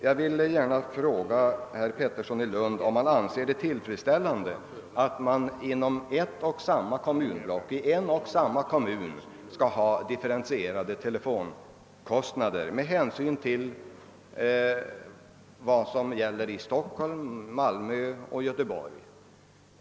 Jag vill fråga herr Pettersson i Lund, om han anser det tillfredsställande att man inom ett och samma kommunblock eller en och samma kommun skall ha differentierade telefonkostnader, vilket inte är fallet i Stockholm, Malmö och Göteborg.